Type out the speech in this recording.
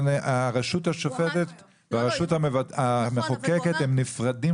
הרשות השופטת והרשות המחוקקת הם נפרדים